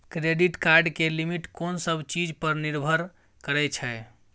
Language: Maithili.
क्रेडिट कार्ड के लिमिट कोन सब चीज पर निर्भर करै छै?